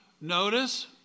notice